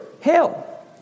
hell